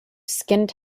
skinned